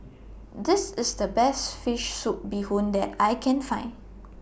This IS The Best Fish Soup Bee Hoon that I Can Find